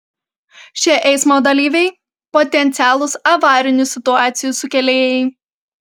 šie eismo dalyviai potencialūs avarinių situacijų sukėlėjai